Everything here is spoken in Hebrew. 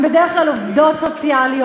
הם בדרך כלל עובדות סוציאליות,